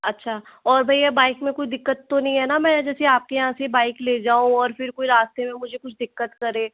अच्छा और भैया बाइक में कोई दिक्कत तो नहीं है ना मैं जैसे आपके यहाँ से बाइक ले जाऊँ और फिर कोई रास्ते में मुझे कुछ दिक्कत करें